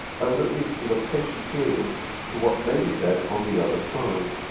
i would at least give a patient hearing to what may be said on the other side.